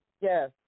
Yes